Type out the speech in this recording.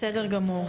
בסדר גמור.